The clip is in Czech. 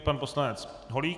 Pan poslanec Holík.